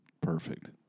perfect